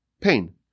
pain